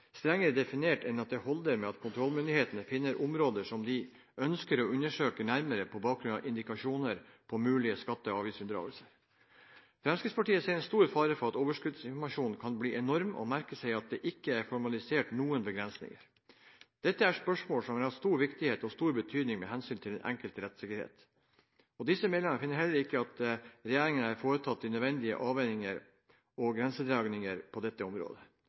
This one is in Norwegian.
strengere definert enn at det holder med at kontrollmyndighetene finner områder som de ønsker å undersøke nærmere på bakgrunn av indikasjoner på mulige skatte- og avgiftsunndragelser. Fremskrittspartiet ser en stor fare for at overskuddsinformasjonen kan bli enorm, og merker seg at det ikke er formalisert noen begrensninger. Dette er spørsmål som er av stor viktighet og av stor betydning med hensyn til den enkeltes rettssikkerhet, og disse medlemmer finner heller ikke at regjeringen har foretatt de nødvendige avveininger og grensedragninger på dette området.